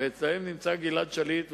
ואצלם נמצא גלעד שליט,